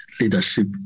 leadership